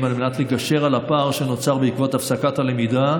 על מנת לגשר על הפער שנוצר בעקבות הפסקת הלמידה,